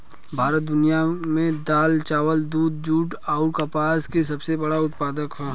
भारत दुनिया में दाल चावल दूध जूट आउर कपास के सबसे बड़ उत्पादक ह